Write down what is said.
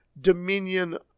dominion